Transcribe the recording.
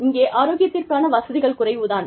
இங்கே ஆரோக்கியத்திற்கான வசதிகள் குறைவு தான்